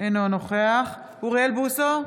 אינו נוכח אוריאל בוסו,